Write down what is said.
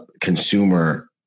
consumer